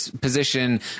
position